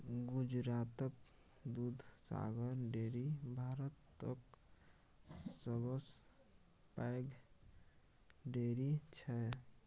गुजरातक दुधसागर डेयरी भारतक सबसँ पैघ डेयरी छै